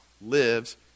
lives